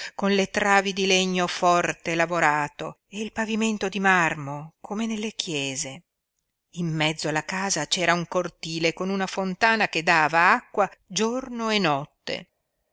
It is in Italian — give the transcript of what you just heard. con le travi di legno forte lavorato e il pavimento di marmo come nelle chiese in mezzo alla casa c'era un cortile con una fontana che dava acqua giorno e notte